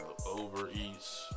Overeats